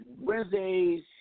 Wednesdays